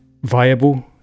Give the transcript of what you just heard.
viable